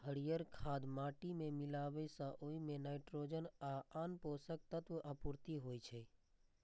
हरियर खाद माटि मे मिलाबै सं ओइ मे नाइट्रोजन आ आन पोषक तत्वक आपूर्ति होइ छै